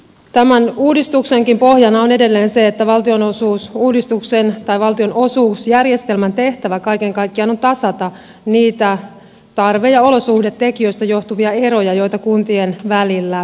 tämän uudistuksenkin pohjana on edelleen se että valtionosuusjärjestelmän tehtävä kaiken kaikkiaan on tasata niitä tarve ja olosuhdetekijöistä johtuvia eroja joita kuntien välillä on